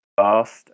fast